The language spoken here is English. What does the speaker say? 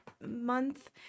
month